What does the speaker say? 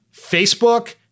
Facebook